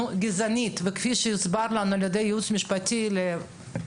גזעני וכפי שהוסבר לנו על ידי הייעוץ המשפטי של הכנסת